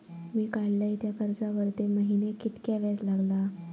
मी काडलय त्या कर्जावरती महिन्याक कीतक्या व्याज लागला?